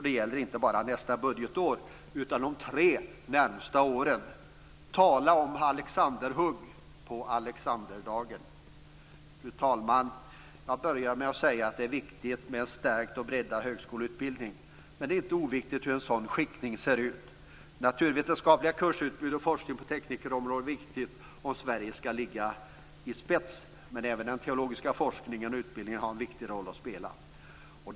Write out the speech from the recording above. Det gäller inte bara nästa budtgetår utan också de tre närmaste åren. Tala om Fru talman! Jag började med att säga att det är viktigt med en stärkt och breddad högskoleutbildning. Men det är inte oviktigt hur en sådan skiktning ser ut. Naturvetenskapliga kursutbud och forskning på teknikområdet är viktiga om Sverige skall "ligga i spets". Men även den teologiska forskningen och utbildningen har en viktig roll att spela.